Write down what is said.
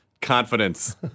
confidence